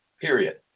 period